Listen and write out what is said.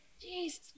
Jesus